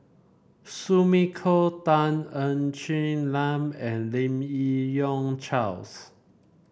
Sumiko Tan Ng Quee Lam and Lim Yi Yong Charles